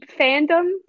fandom